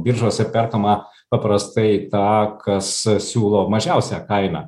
biržose perkama paprastai tą kas siūlo mažiausią kainą